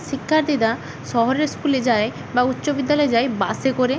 শিক্ষার্থীরা শহরের স্কুলে যায় বা উচ্চ বিদ্যালয়ে যায় বাসে করে